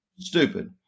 Stupid